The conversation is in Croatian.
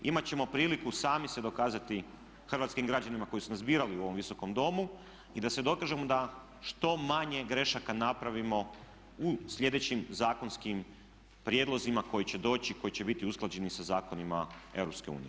Imat ćemo priliku sami se dokazati hrvatskim građanima koji su nas birali u ovom Visokom domu i da se dokažemo da što manje grešaka napravimo u sljedećim zakonskim prijedlozima koji će doći i koji će biti usklađeni sa zakonima Europske unije.